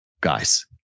guys